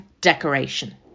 decoration